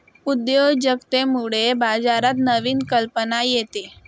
उद्योजकतेमुळे बाजारात नवीन कल्पना येते